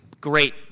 great